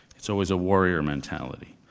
it's always a warrior mentality.